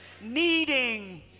needing